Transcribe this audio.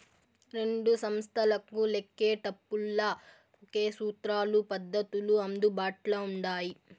రెండు సంస్తలకు లెక్కేటపుల్ల ఒకే సూత్రాలు, పద్దతులు అందుబాట్ల ఉండాయి